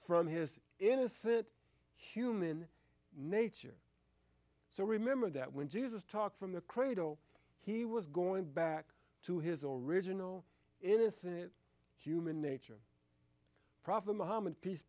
from his innocent human nature so remember that when jesus talked from the cradle he was going back to his original innocent human nature prophet muhammad peace